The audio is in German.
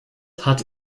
hat